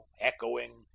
echoing